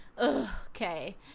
Okay